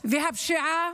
והפשיעה